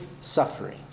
suffering